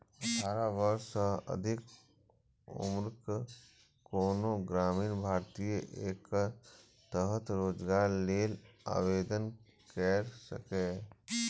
अठारह वर्ष सँ अधिक उम्रक कोनो ग्रामीण भारतीय एकर तहत रोजगार लेल आवेदन कैर सकैए